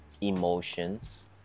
emotions